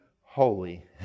holy